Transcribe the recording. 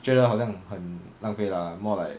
觉得好像很浪费 lah more like